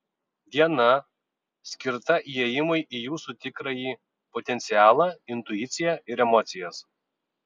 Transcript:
diena skirta įėjimui į jūsų tikrąjį potencialą intuiciją ir emocijas